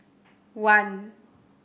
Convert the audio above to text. one